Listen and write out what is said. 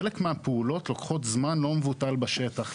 חלק מהפעולות לוקחות זמן לא מבטול בשטח.